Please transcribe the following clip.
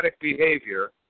behavior